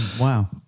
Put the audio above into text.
Wow